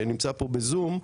שנמצא פה בזום,